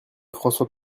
françois